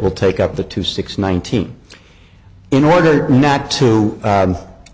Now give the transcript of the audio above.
will take up the two six nineteen in order not to